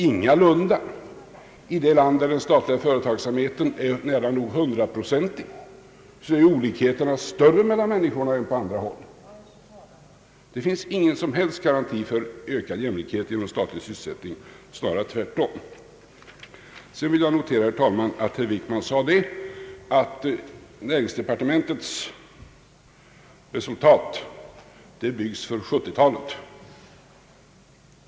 Ingalunda — i det land där den statliga företagsamheten är nära nog hundraprocentig är olikheterna större mellan människorna än på andra håll. Det finns ingen som helst garanti för ökad jämlikhet genom statlig sysselsättning. Snarare tvärtom. Herr Wickman sade också, att näringsdepartementets resultat byggs för 1970-talet.